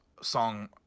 song